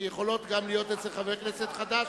שיכולות להיות גם אצל חבר כנסת חדש,